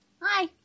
Hi